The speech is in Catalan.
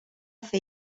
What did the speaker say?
fer